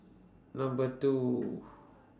Number two